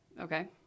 Okay